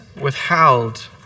withheld